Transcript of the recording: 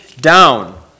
down